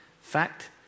Fact